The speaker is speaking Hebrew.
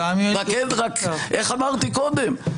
איך אמרתי קודם?